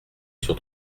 sur